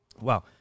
Wow